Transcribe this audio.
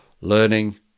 Learning